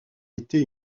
été